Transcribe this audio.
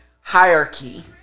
hierarchy